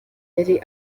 yari